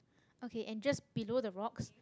okay and just below the rocks